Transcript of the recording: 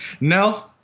No